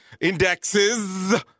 indexes